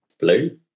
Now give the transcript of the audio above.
blue